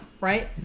right